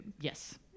Yes